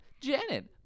Janet